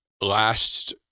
last